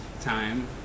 time